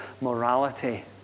Morality